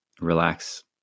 relax